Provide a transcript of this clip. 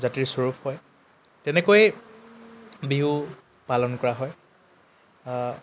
জাতিৰস্বৰূপ হয় তেনেকৈ বিহু পালন কৰা হয়